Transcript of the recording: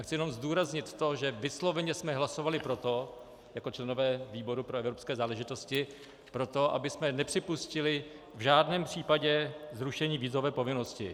Chci jenom zdůraznit to, že vysloveně jsme hlasovali pro to jako členové výboru pro evropské záležitosti, abychom nepřipustili v žádném případě zrušení vízové povinnosti.